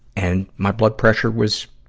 and my blood pressure was,